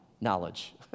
knowledge